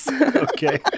Okay